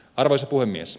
arvoisa puhemies